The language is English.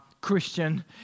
Christian